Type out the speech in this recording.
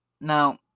Now